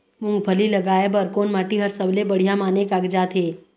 मूंगफली लगाय बर कोन माटी हर सबले बढ़िया माने कागजात हे?